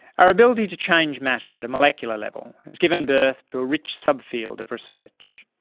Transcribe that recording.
our ability to change matter at a molecular level has given birth to a rich subfield of research.